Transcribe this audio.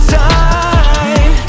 time